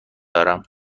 دارم